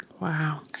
Wow